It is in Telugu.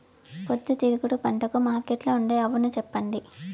పొద్దుతిరుగుడు పంటకు మార్కెట్లో ఉండే అవును చెప్పండి?